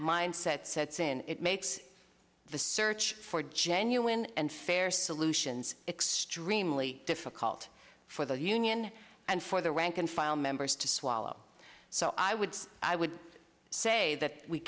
mindset sets in it makes the search for genuine and fair solutions extremely difficult for the union and for the rank and file members to swallow so i would i would say that we